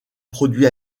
produits